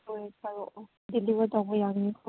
ꯍꯣꯏ ꯊꯥꯔꯛꯑꯣ ꯗꯤꯂꯤꯕꯔ ꯇꯧꯕ ꯌꯥꯒꯅꯤꯀꯣ